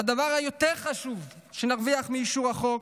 אבל הדבר היותר-חשוב שנרוויח מאישור החוק